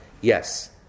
yes